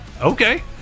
Okay